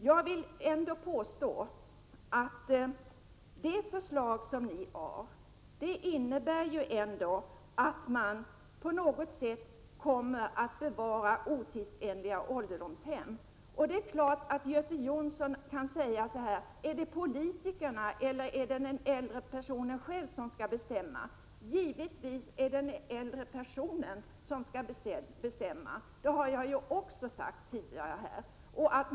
Jag vill påstå att det förslag som ni har innebär att man på något sätt kommer att bevara otidsenliga ålderdomshem. Det är klart att Göte Jonsson kan fråga: Är det politikerna eller den äldre personen själv som skall bestämma? Givetvis är det den äldre personen som skall bestämma. Det har också jag sagt här tidigare.